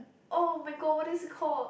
[oh]-my-god what is it called